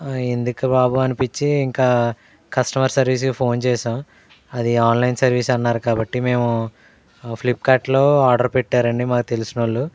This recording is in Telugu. ఎందుకు బాబు అనిపించి ఇంకా కస్టమర్ సర్వీసుకి ఫోన్ చేసాము అది ఆన్లైన్ సర్వీస్ అన్నారు కాబట్టి మేము ఫ్లిప్కార్ట్లో ఆర్డర్ పెట్టారు అండి మాకు తెలిసిన వాళ్ళు